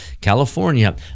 California